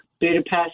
Budapest